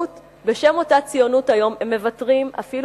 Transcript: בשם אותה ציונות היום הם מוותרים אפילו על ציון,